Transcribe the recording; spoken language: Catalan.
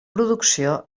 producció